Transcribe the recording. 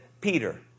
Peter